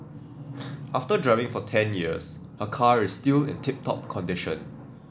after driving for ten years her car is still in tip top condition